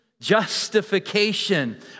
justification